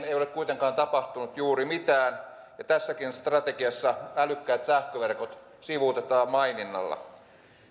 ei ole kuitenkaan tapahtunut juuri mitään ja tässäkin strategiassa älykkäät sähköverkot sivuutetaan maininnalla